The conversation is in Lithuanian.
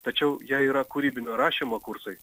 tačiau jei yra kūrybinio rašymo kursai